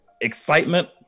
excitement